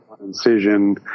incision